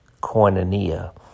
Koinonia